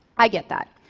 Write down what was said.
i get that.